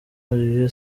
olivier